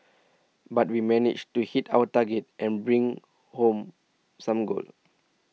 but we managed to hit our target and bring home some gold